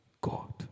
God